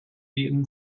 eaten